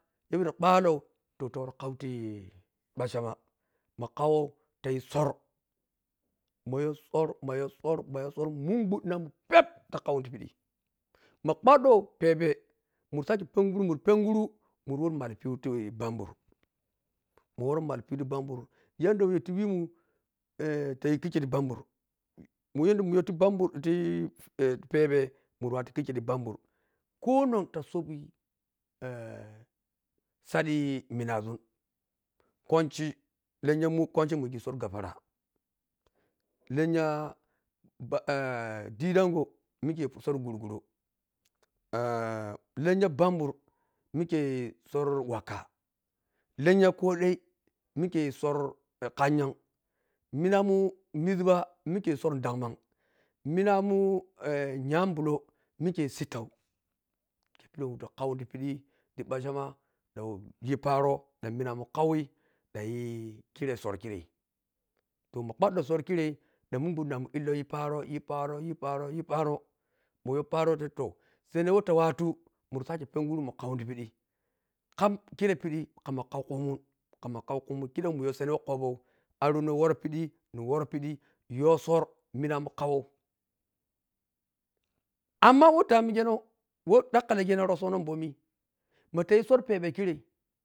Yapidi kwalou toh tawar khau ti bachama ma kawo tayi sor mayo sor, mayo sor, mayo sor munguvvinamun pepe takau tipidi ma kwaɗɗo pebe nursake benguru mur penguru mu war malpi’u ti bambu ma woro malpi’u ti bambur yadda whey o ti wimun eh tayi kicker ti bambur m u yadda muyou ti bambur eh ti pebe murwatu kikkei ti bambur ko non ta sobi saɗi minazun kwacha lenya kwanchi muyigi sor gurguro lenya bambur didango sor wakka lenya kode mike sor kanghan minamun mizba mike sor kanghang minamu nyamblo mike sittau kei pidi whe ta kau tipidi ti bachama ɗanyi paro ɗan minamun kawi danyi kirei sor kirei toh mamun kwaɗɗo sor kirei ɗan minguɗɗinamun illo yi baro yi pparo, yi paro, yip aro mayo paro ta toh, sene whe ta wat amur sake penguru mun kau tipidi kam kire pidi kamma kaukumun, ma kaukumun kidam muyo se ne who ko pou arouno worou pidi ni woro pidi yo sor minamun kawow amma who damigeno whe dakkleno rossono mbomi matayi sor pebe kirei.